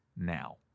now